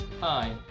Hi